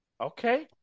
Okay